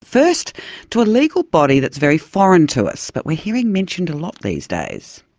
first to a legal body that's very foreign to us, but we're hearing mentioned a lot these days.